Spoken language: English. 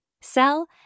sell